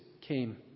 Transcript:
came